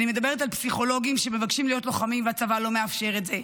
אני מדברת על פסיכולוגים שמבקשים להיות לוחמים והצבא לא מאפשר את זה,